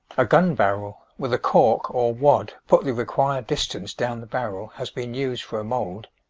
a gun-barrel, with a cork or wad put the required distance down the barrel, has been used for a mould.